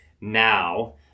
Now